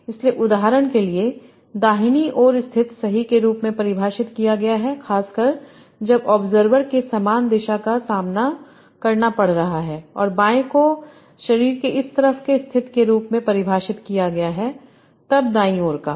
इसलिए उदाहरण के लिए दाहिनी ओर स्थित सही के रूप में परिभाषित किया गया है खासकर जब ऑब्जर्वर के समान दिशा का सामना करना पड़ रहा है और बाएँ को शरीर के इस तरफ के स्थित के रूप में परिभाषित किया गया है तब दाईं ओर का